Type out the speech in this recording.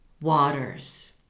waters